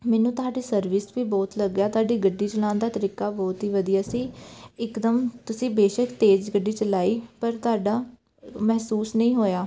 ਮੈਨੂੰ ਤੁਹਾਡੇ ਸਰਵਿਸ ਵੀ ਬਹੁਤ ਲੱਗਿਆ ਤੁਹਾਡੀ ਗੱਡੀ ਚਲਾਉਣ ਦਾ ਤਰੀਕਾ ਬਹੁਤ ਹੀ ਵਧੀਆ ਸੀ ਇਕਦਮ ਤੁਸੀਂ ਬੇਸ਼ੱਕ ਤੇਜ਼ ਗੱਡੀ ਚਲਾਈ ਪਰ ਤੁਹਾਡਾ ਮਹਿਸੂਸ ਨਹੀਂ ਹੋਇਆ